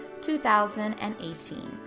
2018